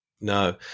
No